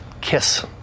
kiss